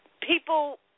people